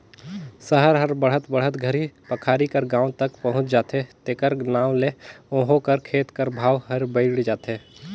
सहर हर बढ़त बढ़त घरी पखारी कर गाँव तक पहुंच जाथे तेकर नांव ले उहों कर खेत कर भाव हर बइढ़ जाथे